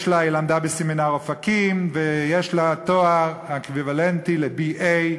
היא למדה בסמינר אופקים ויש לה תואר אקוויוולנטי ל-BA,